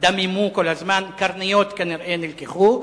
דממו כל הזמן, קרניות כנראה נלקחו,